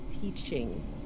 teachings